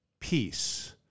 peace